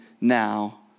now